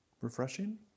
Refreshing